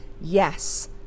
yes